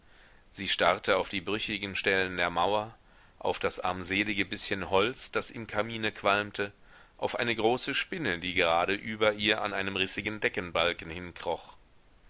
sie starrte auf die brüchigen stellen der mauer auf das armselige bißchen holz das im kamine qualmte auf eine große spinne die gerade über ihr an einem rissigen deckenbalken hinkroch